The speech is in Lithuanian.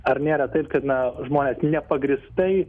ar nėra taip kad na žmonės nepagrįstai